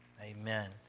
Amen